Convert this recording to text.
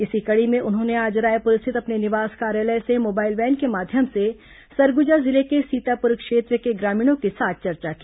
इसी कड़ी में उन्होंने आज रायपुर स्थित अपने निवास कार्यालय से मोबाइल वैन के माध्यम से सरगुजा जिले के सीतापुर क्षेत्र के ग्रामीणों के साथ चर्चा की